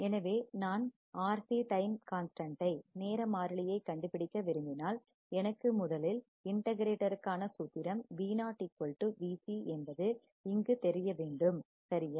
எனவே நான் RC time கான்ஸ்டன்டை நேர மாறிலி கண்டுபிடிக்க விரும்பினால் எனக்கு முதலில் இன்ட கிரேட்டர் கான சூத்திரம் V0 Vc என்பது இங்கு தெரியவேண்டும் சரியா